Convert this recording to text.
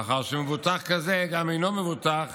מאחר שמבוטח כזה גם אינו מבוטח